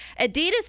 Adidas